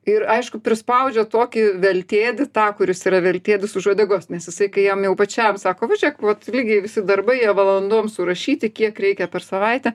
ir aišku prispaudžia tokį veltėdį tą kuris yra veltėdis už uodegos nes jisai kai jam jau pačiam sako va žiūrėk vat lygiai visi darbai jie valandom surašyti kiek reikia per savaitę